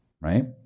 right